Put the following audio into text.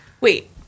Wait